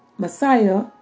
Messiah